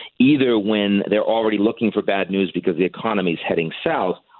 either when they're already looking for bad news because the economy's heading south,